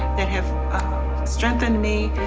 that have strengthened me,